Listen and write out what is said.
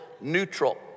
neutral